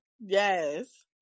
yes